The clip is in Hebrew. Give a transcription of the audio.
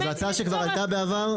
זו הצעה שכבר הייתה בעבר.